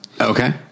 Okay